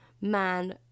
man